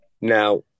Now